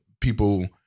people